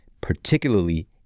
particularly